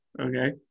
Okay